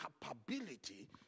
capability